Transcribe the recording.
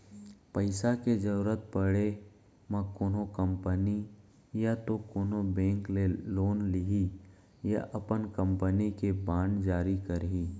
पइसा के जरुरत पड़े म कोनो कंपनी या तो कोनो बेंक ले लोन लिही या अपन कंपनी के बांड जारी करही